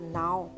now